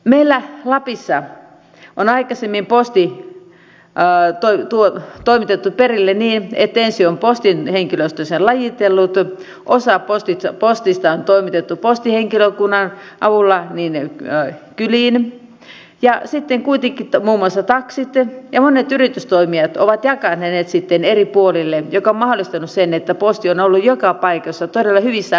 meillä lapissa on aikaisemmin posti toimitettu perille niin että ensin on postin henkilöstö sen lajitellut osa postista on toimitettu postihenkilökunnan avulla kyliin ja sitten kuitenkin muun muassa taksit ja monet yritystoimijat ovat jakaneet ne eri puolille mikä on mahdollistanut sen että posti on ollut joka paikassa todella hyvissä ajoin perillä